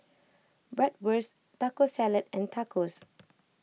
Bratwurst Taco Salad and Tacos